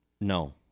No